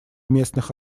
местных